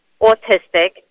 autistic